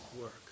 work